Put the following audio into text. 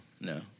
No